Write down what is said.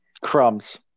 crumbs